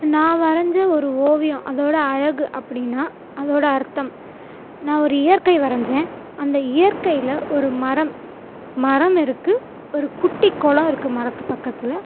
நான் வரைஞ்ச ஒரு ஓவியம் அதோடய அழகு அப்படின்னா அதோட அர்த்தம் நான் ஒரு இயற்கை வரைஞ்சேன் அந்த இயற்கையில் ஒரு மரம் மரம் இருக்குது ஒரு குட்டி குளம் இருக்குது மரத்து பக்கத்தில்